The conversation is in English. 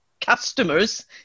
customers